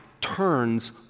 turns